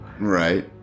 Right